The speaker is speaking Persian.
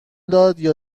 دادیا